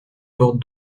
porte